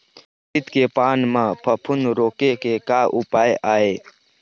उरीद के पान म फफूंद रोके के का उपाय आहे?